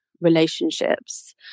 relationships